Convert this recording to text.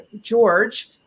George